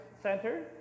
Center